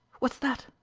what's that?